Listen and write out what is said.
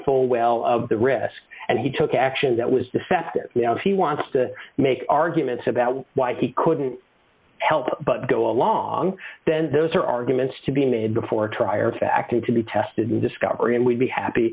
full well of the risks and he took action that was the fact that he wants to make arguments about why he couldn't help but go along then those are arguments to be made before trier of fact and to be tested in discovery and we'd be happy